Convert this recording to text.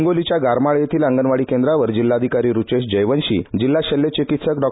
हिंगोलीच्या गारवाडी येथील अंगणवाडी केंद्रावर जिल्ह्याधीकारी रूचेश जयवंशी जिल्हा शल्यचिकित्सक डॉ